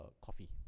coffee